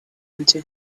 into